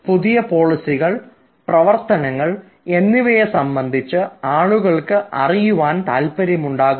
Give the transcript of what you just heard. പുതിയ പോളിസികൾ പ്രവർത്തനങ്ങൾ എന്നിവയെ സംബന്ധിച്ച് ആളുകൾക്ക് അറിയുവാൻ താല്പര്യമുണ്ടാകും